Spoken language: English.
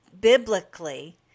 biblically